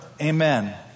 amen